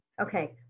Okay